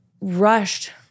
rushed